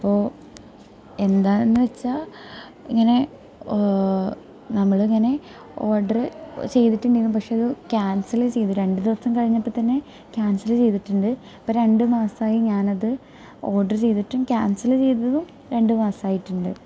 അപ്പോൾ എന്താന്നുവച്ചാൽ ഇങ്ങനെ നമ്മളിങ്ങനെ ഓർഡർ ചെയ്തിട്ടുണ്ടാവും പക്ഷെ അത് ക്യാൻസൽ ചെയ്തു രണ്ടു ദിവസം കഴിഞ്ഞപ്പോൾ തന്നെ ക്യാൻസൽ ചെയ്തിട്ടുണ്ട് ഇപ്പോൾ രണ്ടു മാസമായി ഞാനത് ഓർഡർ ചെയ്തിട്ടും ക്യാൻസൽ ചെയ്തതും രണ്ടു മാസായിട്ടുണ്ട്